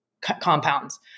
compounds